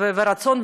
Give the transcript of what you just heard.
ורצון,